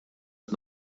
qed